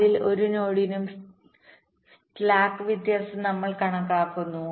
അതിനാൽ ഓരോ നോഡിനും സ്ലാക്ക് വ്യത്യാസം ഞങ്ങൾ കണക്കാക്കുന്നു